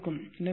எனவே K 0